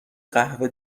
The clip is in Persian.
قهوه